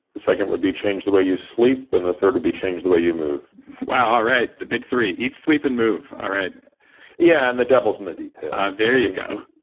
the second would be change the way you sleep. and the third would be change the way you move wow. alright, the big three, eat, sleep, and move yeah, and the devil's in the details there you go